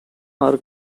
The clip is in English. are